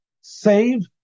save